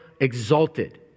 exalted